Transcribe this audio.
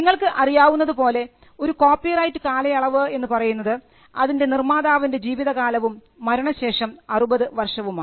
നിങ്ങൾക്ക് അറിയാവുന്നതുപോലെ ഒരു കോപ്പിറൈറ്റ് കാലയളവ് എന്ന് പറയുന്നത് അതിൻറെ നിർമ്മാതാവിൻറെ ജീവിതകാലവും മരണശേഷം 60 വർഷവുമാണ്